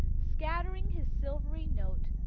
scattering his silvery notes,